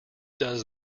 does